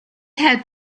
had